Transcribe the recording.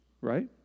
right